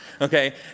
Okay